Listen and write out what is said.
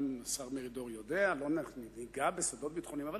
אולי השר מרידור יודע, לא ניגע בסודות ביטחוניים.